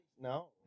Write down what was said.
No